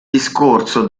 discorso